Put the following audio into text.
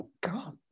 God